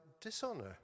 dishonor